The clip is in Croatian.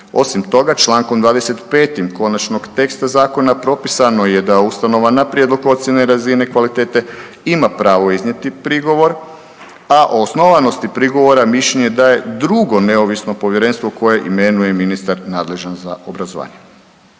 Osim toga Člankom 25. konačnog teksta zakona propisano je da ustanova na prijedlog locirane razine kvalitete ima pravo iznijeti prigovor, a o osnovanosti prigovora mišljenje daje drugo neovisno povjerenstvo koje imenuje ministar nadležan za obrazovanje.